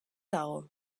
dago